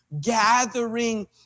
gathering